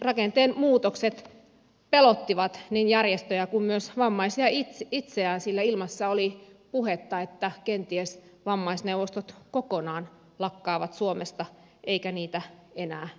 kuntarakenteen muutokset pelottivat niin järjestöjä kuin myös vammaisia itseään sillä ilmassa oli puhetta että kenties vammaisneuvostot kokonaan lakkaavat suomesta eikä niitä enää ylläpidetä